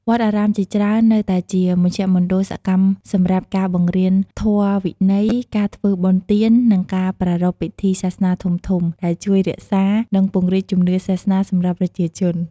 វត្តអារាមជាច្រើននៅតែជាមជ្ឈមណ្ឌលសកម្មសម្រាប់ការបង្រៀនធម៌វិន័យ ការធ្វើបុណ្យទាន និងការប្រារព្ធពិធីសាសនាធំៗ ដែលជួយរក្សា និងពង្រីកជំនឿសាសនាសម្រាប់ប្រជាជន។